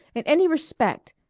and any respect.